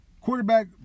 Quarterback